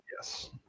yes